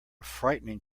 frightening